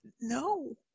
no